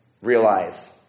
realize